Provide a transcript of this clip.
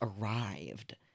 arrived